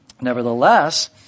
Nevertheless